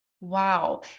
wow